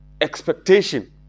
expectation